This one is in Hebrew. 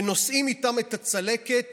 ונושאים איתם את הצלקת